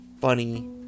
funny